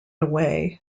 away